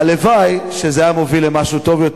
הלוואי שזה היה מוביל למשהו טוב יותר.